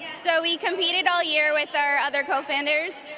so we competed all year with our other co-founders.